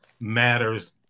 matters